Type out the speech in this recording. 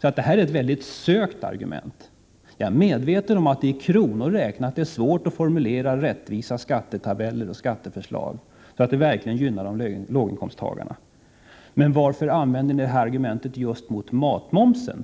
Detta är alltså ett mycket sökt argument. Jag är medveten om att det i kronor räknat är svårt att upprätta rättvisa skattetabeller och framlägga rättvisa skatteförslag, så att de verkligen gynnar låginkomsttagarna. Men varför använder ni det argumentet just i fråga om matmomsen?